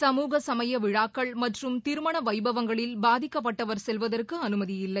சமூக சமய விழாக்கள் மற்றும் திருமண வைபவங்களில் பாதிக்கப்பட்டவர் செல்வதற்கு அனுமதியில்லை